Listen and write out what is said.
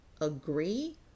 agree